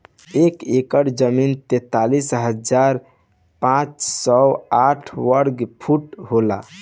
एक एकड़ जमीन तैंतालीस हजार पांच सौ साठ वर्ग फुट होला